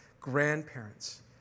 grandparents